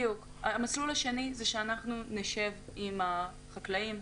המסלול השני הוא שאנחנו נשב עם החקלאים,